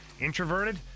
introverted